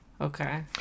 Okay